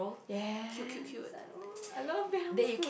yes I know I love Vietnamese food